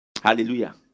hallelujah